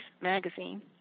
Magazine